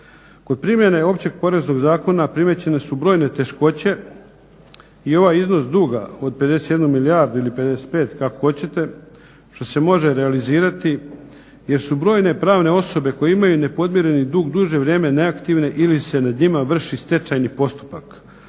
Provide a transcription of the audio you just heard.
Kod primjene Općeg poreznog zakona primijećene su brojne teškoće i ovaj iznos duga od 51 milijardu ili 55 kako hoćete što se može realizirati jer su brojne pravne osobe koje imaju nepodmireni dug duže vrijeme neaktivne ili se nad njima vrši stečajni postupak,